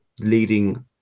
leading